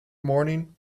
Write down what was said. morning